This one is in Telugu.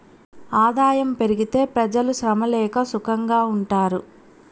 ఆదాయం పెరిగితే పెజలు శ్రమ లేక సుకంగా ఉంటారు